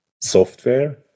software